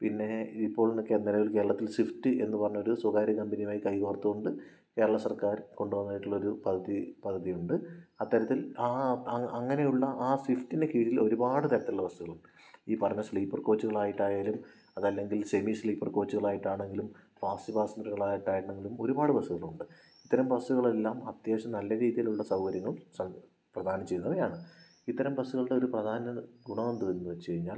പിന്നെ ഇപ്പോൾ നിൽക്കുകയാണ് നിലവിൽ കേരളത്തിൽ സ്വിഫ്റ്റ് എന്നു പറഞ്ഞൊരു സ്വകാര്യ കമ്പനിയുമായി കൈകോർത്തുകൊണ്ട് കേരള സർക്കാർ കൊണ്ടുവന്നിട്ടുള്ളൊരു പദ്ധതി പദ്ധതിയുണ്ട് അത്തരത്തിൽ ആ അങ്ങനെയുള്ള ആ സ്വിഫ്റ്റിൻ്റെ കീഴിൽ ഒരുപാട് തരത്തിലുള്ള ബസ്സുകളുണ്ട് ഈ പറഞ്ഞ സ്ലീപ്പർ കോച്ചുകളായിട്ടായാലും അതല്ലെങ്കിൽ സെമിസ്ലീപ്പർ കോച്ചുകളായിട്ടാണെങ്കിലും ഫാസ്റ്റ് പാസഞ്ചറുകളായിട്ടായിരുന്നെങ്കിലും ഒരുപാട് ബസ്സുകളുണ്ട് ഇത്തരം ബസ്സുകളെല്ലാം അത്യാവശ്യം നല്ല രീതിയിലുള്ള സൗകര്യങ്ങളും പ്രധാനം ചെയ്യുന്നവയാണ് ഇത്തരം ബസ്സുകളുടെ ഒരു പ്രധാന ഗുണം എന്താണെന്നു വച്ചു കഴിഞ്ഞാൽ